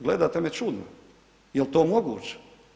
Gledate me čudno, je li to moguće.